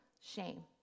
shame